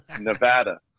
Nevada